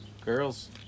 Girls